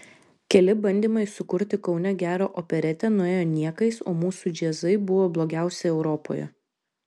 keli bandymai sukurti kaune gerą operetę nuėjo niekais o mūsų džiazai buvo blogiausi europoje